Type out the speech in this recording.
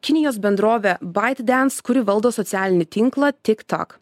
kinijos bendrovė baitidens kuri valdo socialinį tinklą tik tak